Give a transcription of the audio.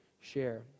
Share